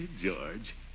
George